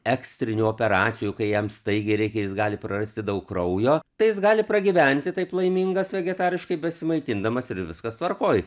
ekstrinių operacijų kai jam staigiai reikia jis gali prarasti daug kraujo tai jis gali pragyventi taip laimingas vegetariškai besimaitindamas ir viskas tvarkoj